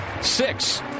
six